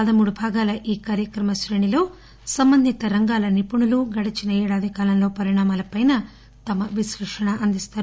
పదమూడు భాగాల ఈ కార్యక్రమ క్రేణిలో సంబంధిత రంగాల నిపుణులు గడచిన ఏడాది కాలంలో పరిణామాలపైనా తమ విశ్లేషణ అందిస్తారు